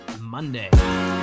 Monday